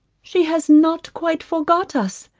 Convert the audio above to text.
she has not quite forgot us.